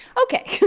ok!